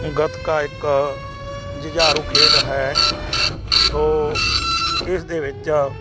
ਗੱਤਕਾ ਇੱਕ ਜੁਝਾਰੂ ਖੇਡ ਹੈ ਸੋ ਇਸ ਦੇ ਵਿੱਚ